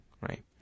right